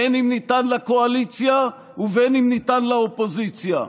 בין שניתן לקואליציה ובין שניתן לאופוזיציה,